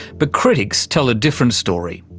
but critics tell a different story.